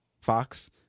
Fox